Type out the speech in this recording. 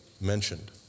mentioned